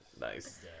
nice